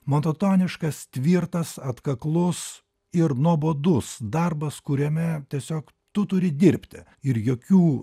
monotoniškas tvirtas atkaklus ir nuobodus darbas kuriame tiesiog tu turi dirbti ir jokių